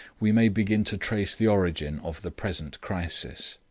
we may begin to trace the origin of the present crisis.